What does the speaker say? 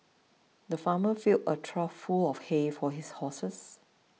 the farmer filled a trough full of hay for his horses